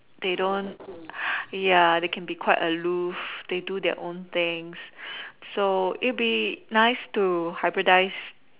they don't ya they can be quite aloof they do their own things so it would be nice to hybridise